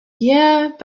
yeah